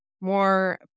more